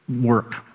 work